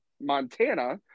Montana